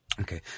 Okay